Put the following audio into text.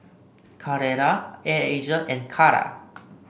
Carrera Air Asia and Kara